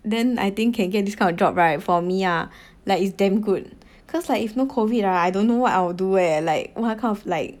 then I think can get this kind of job right for me ah like is damn good cause like if no COVID ah I don't know what I will do eh like what kind of like